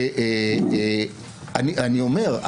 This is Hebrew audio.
אני אומר,